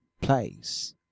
Place